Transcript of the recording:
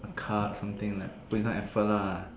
card or something like put in some effort lah